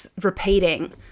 repeating